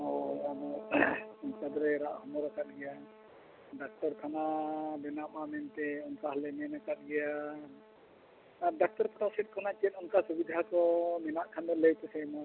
ᱦᱳᱭ ᱚᱱᱠᱟ ᱫᱚᱞᱮ ᱨᱟᱜ ᱦᱚᱢᱚᱨ ᱠᱟᱫ ᱜᱮᱭᱟ ᱰᱟᱠᱛᱚᱨ ᱠᱷᱟᱱᱟ ᱵᱮᱱᱟᱣᱜᱢᱟ ᱢᱮᱱᱛᱮᱫ ᱚᱱᱠᱟ ᱦᱚᱞᱮ ᱢᱮᱜ ᱠᱟᱫ ᱜᱮᱭᱟ ᱟᱨ ᱰᱟᱠᱛᱚᱨ ᱠᱷᱟᱱᱟ ᱥᱮᱫ ᱠᱷᱚᱱᱟᱜ ᱪᱮᱫ ᱚᱱᱠᱟ ᱥᱩᱵᱤᱫᱟ ᱠᱚ ᱢᱮᱱᱟᱜ ᱠᱷᱟᱱ ᱫᱚ ᱞᱟᱹᱭ ᱯᱮᱥᱮᱜ ᱚᱱᱟ